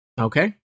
okay